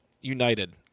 united